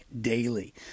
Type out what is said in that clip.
daily